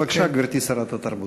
בבקשה, גברתי שרת התרבות.